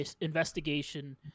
investigation